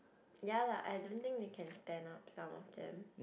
ya lah I don't think we can stand up some of them